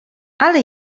ale